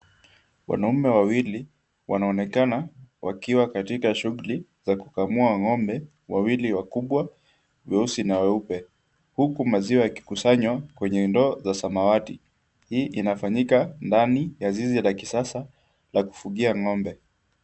Wanaume wawili wanaonekana wakiwa katika shughuli za kukamua ng'ombe ,wawili wakubwa weusi na weupe huku maziwa yakikusanywa kwenye ndoo za samawati ,hii inafanyika ndani ya zizi la kisasa la kufugia ng'ombe .